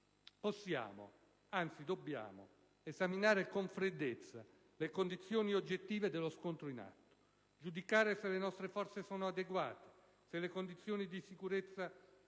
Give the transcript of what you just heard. Possiamo, anzi dobbiamo, esaminare con freddezza le condizioni oggettive dello scontro in atto. Giudicare se le nostre forze sono adeguate, se le condizioni di sicurezza sono assicurate